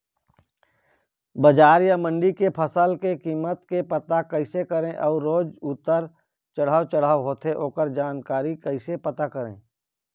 बजार या मंडी के फसल के कीमत के पता कैसे करें अऊ रोज उतर चढ़व चढ़व होथे ओकर जानकारी कैसे पता करें?